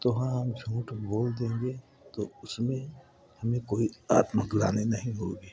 तो वहाँ हम झूठ बोल देंगे तो उसमें हमें कोई आत्म ग्लानि नहीं होगी